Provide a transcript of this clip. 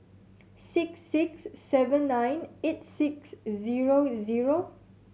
six six seven nine eight six zero zero